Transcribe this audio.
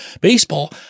Baseball